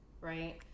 Right